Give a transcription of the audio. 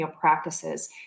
practices